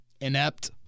inept